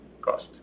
cost